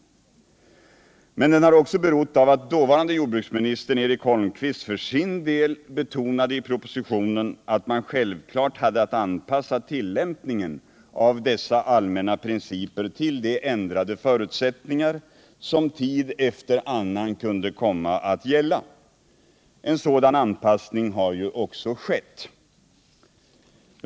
Men enigheten har också berott på att den dåvarande jordbruksministern Eric Holmqvist för sin del betonade i propositionen att man självfallet hade att anpassa tillämpningen av dessa allmänna principer till de ändrade förutsättningar som tid efter annan kunde komma att gälla. En sådan anpassning har ju också skett.